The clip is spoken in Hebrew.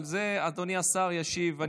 אבל על זה אדוני השר ישיב.